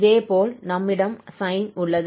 இதேபோல் நம்மிடம் sin உள்ளது